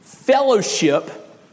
Fellowship